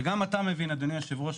וגם אתה מבין אדוני היושב ראש,